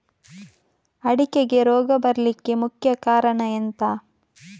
ಅಡಿಕೆಗೆ ರೋಗ ಬರ್ಲಿಕ್ಕೆ ಮುಖ್ಯ ಕಾರಣ ಎಂಥ?